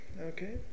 Okay